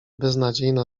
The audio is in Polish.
beznadziejna